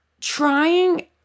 trying